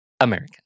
American